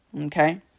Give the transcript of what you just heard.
okay